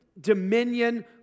dominion